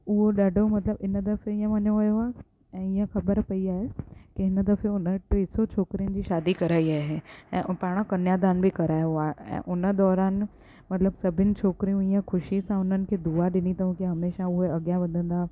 उहो ॾाढो मतिलबु इन दफ़े ईअं मञियो वियो आहे ऐं ईअं ख़बर पई आहे की हिन दफ़े उन टे सौ छोकिरियुनि जी शादी कराई आहे ऐं पाण कन्यादान बि करायो आहे ऐं उन दौरान मतिलबु सभिनि छोकिरियूं ईअं ख़ुशी सां उन्हनि खे दुआ ॾिनी अथऊं की हमेशा उहे अॻियां वधंदा